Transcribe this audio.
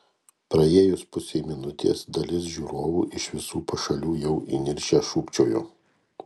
praėjus pusei minutės dalis žiūrovų iš visų pašalių jau įniršę šūkčiojo